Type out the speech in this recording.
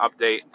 update